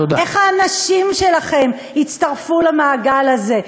איך האנשים שלכם יצטרפו למעגל הזה?